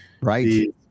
right